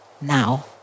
now